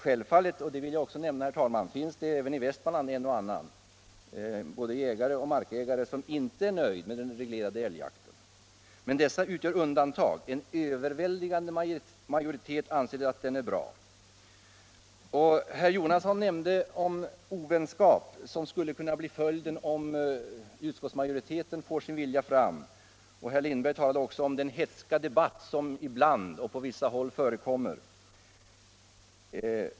Självfallet, det vill jag också nämna, herr talman, finns det även i Västmanlands län en och annan — både jägare och markägare —- som inte är nöjd med den reglerade älgjakten. Men dessa utgör undantag. En överväldigande majoritet anser att den är bra. Herr Jonasson nämnde ovänskap, som skulle kunna bli följden om majoriteten får sin vilja fram, och herr Lindberg talade också om den hätska debatt som ibland och på vissa håll förekommer.